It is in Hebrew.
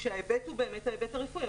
כשההיבט הוא באמת ההיבט הרפואי.